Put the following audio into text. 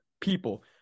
people